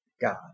God